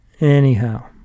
Anyhow